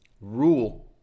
rule